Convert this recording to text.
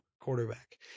quarterback